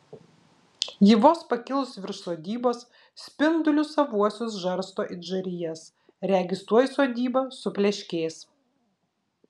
ji vos pakilus virš sodybos spindulius savuosius žarsto it žarijas regis tuoj sodyba supleškės